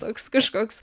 toks kažkoks